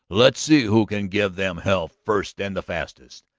let's see who can give them hell first and fastest.